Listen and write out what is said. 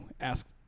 ask